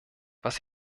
was